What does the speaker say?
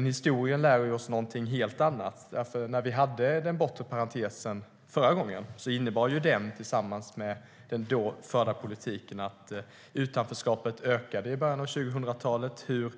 Historien lär oss någonting helt annat. När vi hade den bortre parentesen förra gången innebar den tillsammans med den då förda politiken att utanförskapet ökade i början av 2000-talet.